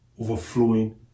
overflowing